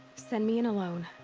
send me in alone.